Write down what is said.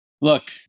look